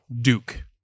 duke